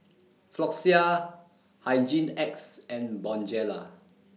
Floxia Hygin X and Bonjela